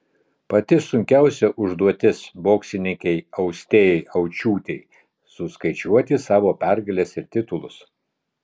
pati sunkiausia užduotis boksininkei austėjai aučiūtei suskaičiuoti savo pergales ir titulus